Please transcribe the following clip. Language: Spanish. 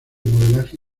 modelaje